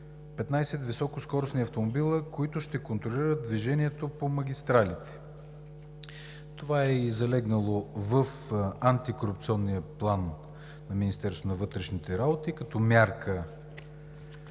15 високоскоростни автомобила, които ще контролират движението по магистралите. Това е залегнало и в антикорупционния план на Министерството на вътрешните работи като мярка